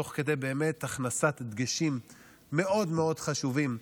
תוך כדי הכנסת דגשים מאוד מאוד חשובים,